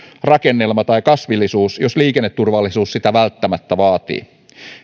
rakennelma tai kasvillisuus jos liikenneturvallisuus sitä välttämättä vaatii